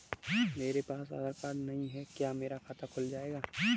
मेरे पास आधार कार्ड नहीं है क्या मेरा खाता खुल जाएगा?